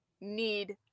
need